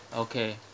okay